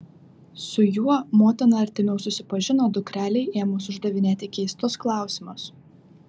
su juo motina artimiau susipažino dukrelei ėmus uždavinėti keistus klausimus